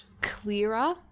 clearer